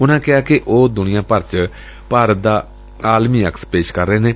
ਉਨੂਾ ਕਿਹਾ ਕਿ ਉਹ ਦੁਨੀਆਂ ਭਰ ਚ ਭਾਰਤ ਦਾ ਆਲਮੀ ਅਕਸ ਪੇਸ਼ ਕਰ ਰਹੇ ਨੇ